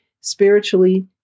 spiritually